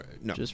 No